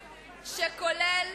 שכולל,